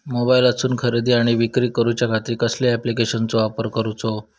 मोबाईलातसून खरेदी आणि विक्री करूच्या खाती कसल्या ॲप्लिकेशनाचो वापर करूचो?